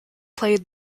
played